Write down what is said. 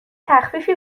تخفیفی